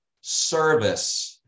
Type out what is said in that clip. service